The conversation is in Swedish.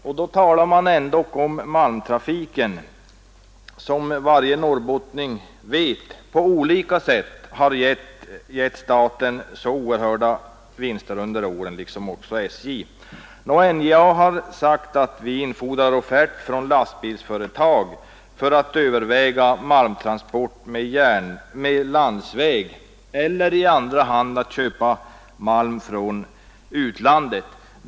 Och då talar man ändock om malmtrafiken, som — det vet varje norrbottning — har gett staten, liksom också SJ, så oerhörda vinster under åren. NJA har svarat med att infordra offert från lastbilsföretag för att överväga malmtransport på landsväg eller i andra hand att köpa malm från utlandet.